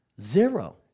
Zero